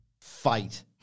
Fight